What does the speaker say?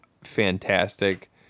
fantastic